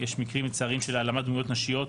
יש מקרים מצערים של העלמת דמויות נשיות.